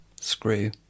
Screw